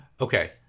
Okay